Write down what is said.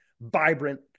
vibrant